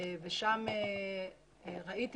ושם ראיתי